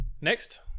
Next